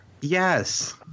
Yes